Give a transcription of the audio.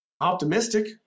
Optimistic